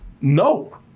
No